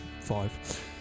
five